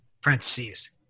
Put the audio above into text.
parentheses